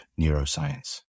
neuroscience